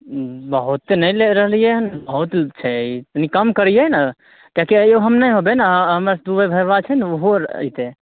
हूँ बहुते नहि लै रहलियै हन बहुत छै ई तनी कम करियै ने किएकि आइयो हम नहि होबै ने हमर दू गो भइबा छै ने ओहो आइ अयतै